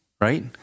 right